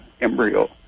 embryo